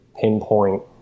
pinpoint